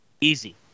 easy